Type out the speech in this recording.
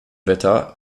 wetter